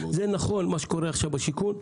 זה נכון מה שקורה עכשיו בשיכון,